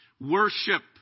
worship